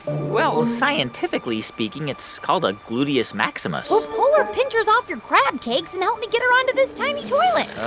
well, scientifically speaking, it's called a gluteus maximus well, pull her pinchers off your crab cakes and help me get her on to this tiny toilet.